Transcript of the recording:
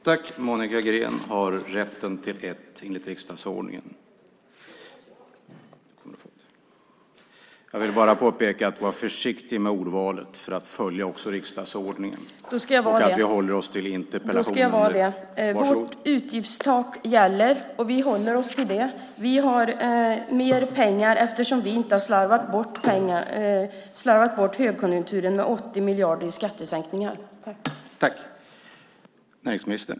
Enligt riksdagsordningen har Monica Green rätt till ett inlägg. Jag vill också påpeka att man för att följa riksdagsordningen ska vara försiktig med ordvalet och hålla sig till interpellationen.